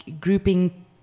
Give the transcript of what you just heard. grouping